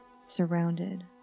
surrounded